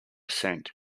cent